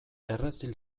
errezil